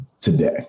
today